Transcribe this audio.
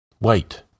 Wait